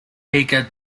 eager